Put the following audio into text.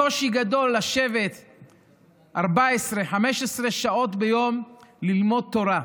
קושי גדול, לשבת 14, 15 שעות ביום וללמוד תורה.